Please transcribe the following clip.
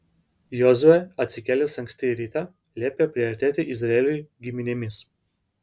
jozuė atsikėlęs anksti rytą liepė priartėti izraeliui giminėmis